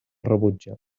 rebutja